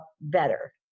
better